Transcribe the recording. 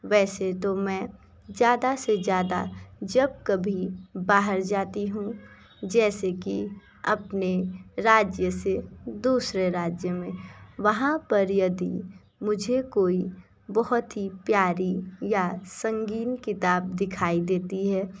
वैसे तो मैं ज्यादा से ज्यादा जब कभी बाहर जाती हूँ जैसे कि अपने राज्य से दूसरे राज्य में वहाँ पर यदि मुझे कोई बहुत ही प्यारी या संगीन किताब दिखाई देती है